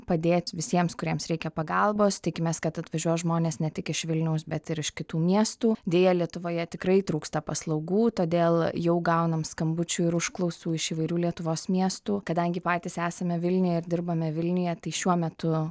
padėt visiems kuriems reikia pagalbos tikimės kad atvažiuos žmonės ne tik iš vilniaus bet ir iš kitų miestų deja lietuvoje tikrai trūksta paslaugų todėl jau gaunam skambučių ir užklausų iš įvairių lietuvos miestų kadangi patys esame vilniuje ir dirbame vilniuje tai šiuo metu